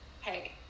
hey